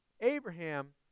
Abraham